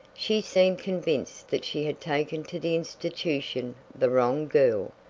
she seemed convinced that she had taken to the institution the wrong girl,